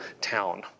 town